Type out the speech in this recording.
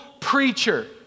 preacher